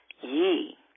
ye